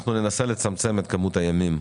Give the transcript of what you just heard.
אנחנו ננסה לצמצם את כמות הימים,